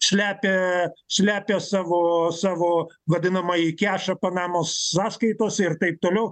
slepia slepia savo savo vadinamąjį kešą panamos sąskaitose ir taip toliau